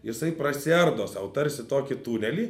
jisai prasiardo sau tarsi tokį tunelį